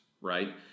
right